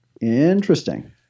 Interesting